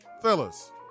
Fellas